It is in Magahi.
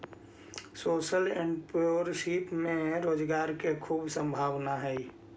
सोशल एंटरप्रेन्योरशिप में रोजगार के खूब संभावना हई